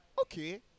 okay